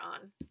on